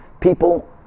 People